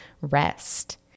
rest